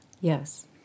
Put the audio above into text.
Yes